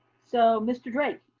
so mr. drake.